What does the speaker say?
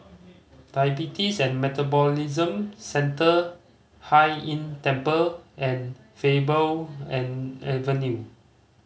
Diabetes and Metabolism Centre Hai Inn Temple and Faber and Avenue